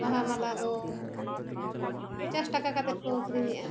ᱵᱟᱦᱟ ᱢᱟᱞᱟ ᱫᱚ ᱯᱚᱧᱪᱟᱥ ᱴᱟᱠᱟ ᱠᱟᱛᱮᱫ ᱠᱚ ᱟᱹᱠᱷᱨᱤᱧᱮᱜᱼᱟ